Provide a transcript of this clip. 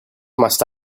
must